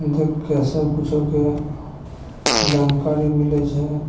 देखके सब किछोके जानकारी मिलै छै